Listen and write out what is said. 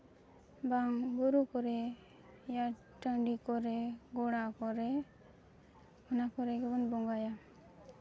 ᱵᱟᱝ ᱵᱩᱨᱩ ᱠᱚᱨᱮᱫ ᱤᱭᱟ ᱴᱟᱹᱰᱤ ᱠᱚᱨᱮᱫ ᱜᱚᱲᱟ ᱠᱚᱨᱮᱫ ᱚᱱᱟ ᱠᱚᱨᱮᱫ ᱜᱮᱵᱚᱱ ᱵᱚᱸᱜᱟᱭᱟ